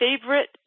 favorite